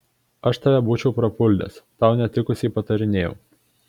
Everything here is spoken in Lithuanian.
aš tave būčiau prapuldęs tau netikusiai patarinėjau